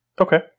Okay